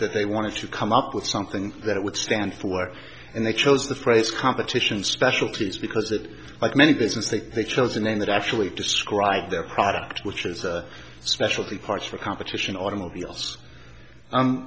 that they wanted to come up with something that it would stand for and they chose the phrase competition specialties because that like many business that they chose a name that actually describe their product which is a specialty parts for competition automobiles